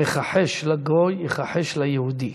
המכחש לגוי יכחש ליהודי,